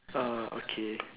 uh okay